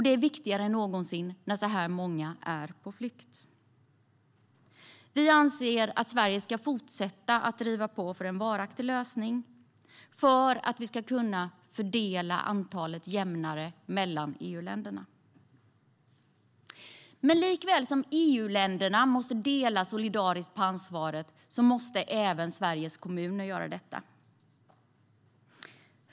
Det är viktigare än någonsin när så här många är på flykt. Vi anser att Sverige ska fortsätta driva på för en varaktig lösning, för att antalet asylsökande ska kunna fördelas jämnare mellan EU-länderna. Liksom EU-länderna måste dela solidariskt på ansvaret måste även Sveriges kommuner göra det.